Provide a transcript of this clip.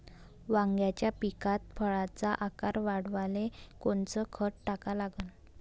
वांग्याच्या पिकात फळाचा आकार वाढवाले कोनचं खत टाका लागन?